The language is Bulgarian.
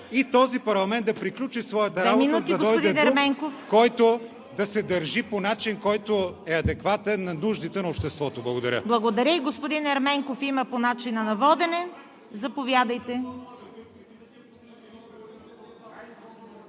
и този парламент да приключи своята работа, за да дойде друг, който да се държи по начин, който е адекватен на нуждите на обществото. Благодаря. ПРЕДСЕДАТЕЛ ЦВЕТА КАРАЯНЧЕВА: Благодаря. Господин Ерменков – по начина на водене, заповядайте.